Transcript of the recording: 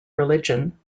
religion